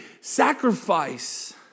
sacrifice